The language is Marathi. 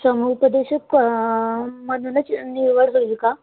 समुपदेशक मधूनच निवड होईल का